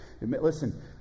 Listen